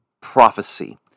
prophecy